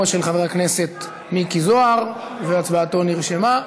של חבר הכנסת מיקי זוהר והצבעתו נרשמה.